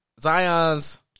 Zion's